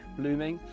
blooming